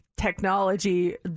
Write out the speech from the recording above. technology